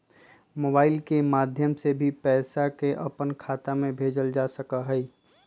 mobile के माध्यम से भी पैसा के अपन खाता में भेजल जा सका हई